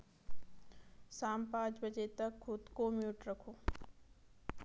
शाम पाँच बजे तक खुद को म्यूट रखो